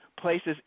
places